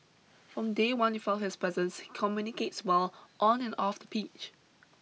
from day one you felt his presence communicates well on and off the pitch